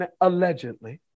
allegedly